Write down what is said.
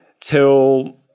till